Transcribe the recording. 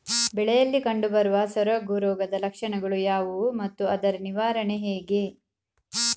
ಬೆಳೆಯಲ್ಲಿ ಕಂಡುಬರುವ ಸೊರಗು ರೋಗದ ಲಕ್ಷಣಗಳು ಯಾವುವು ಮತ್ತು ಅದರ ನಿವಾರಣೆ ಹೇಗೆ?